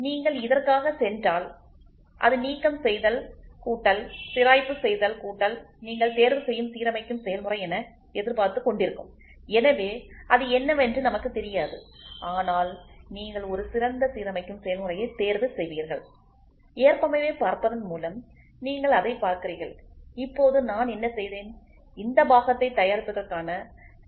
நீங்கள் இதற்காகச் சென்றால் அது நீக்கம் செய்தல் கூட்டல் சிராய்ப்பு செய்தல் கூட்டல் நீங்கள் தேர்வு செய்யும் சீரமைக்கும் செயல்முறை என எதிர்பார்த்துக் கொண்டிருக்கும் எனவே அது என்னவென்று நமக்கு தெரியாது ஆனால் நீங்கள் ஒரு சிறந்த சீரமைக்கும் செயல்முறையைத் தேர்வு செய்வீர்கள் ஏற்பமைவை பார்ப்பதன் மூலம் நீங்கள் அதைப் பார்க்கிறீர்கள் இப்போது நான் என்ன செய்தேன் இந்த பாகத்தை தயாரிப்பதற்கான செயல்முறைகளை நான் சேர்த்துள்ளேன்